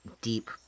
deep